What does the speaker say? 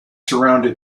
surrounded